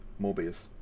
Morbius